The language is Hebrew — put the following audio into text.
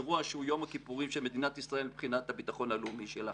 אירוע שהוא יום הכיפורים של מדינת ישראל מבחינת הביטחון הלאומי שלה.